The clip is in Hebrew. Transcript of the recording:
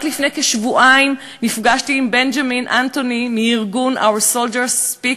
רק לפני כשבועיים נפגשתי עם בנג'מין אנתוני מארגון Our Soldiers Speak,